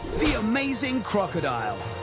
the amazing crocodile!